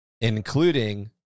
including